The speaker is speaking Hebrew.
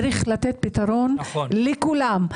צריך לתת פתרון לכולם.